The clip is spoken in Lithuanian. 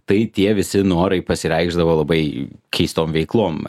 tai tie visi norai pasireikšdavo labai keistom veiklom